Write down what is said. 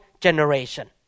generation